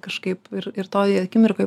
kažkaip ir ir toj akimirkoj